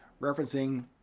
referencing